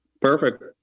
Perfect